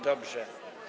Dobrze.